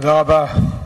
תודה רבה.